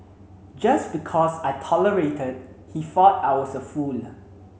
just because I tolerated he thought I was a fool